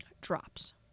drops